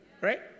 right